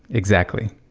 exactly.